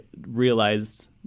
realized